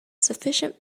sufficient